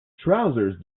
trousers